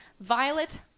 Violet